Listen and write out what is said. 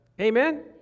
Amen